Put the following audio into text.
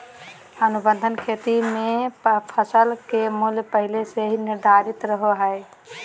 अनुबंध खेती मे फसल के मूल्य पहले से ही निर्धारित रहो हय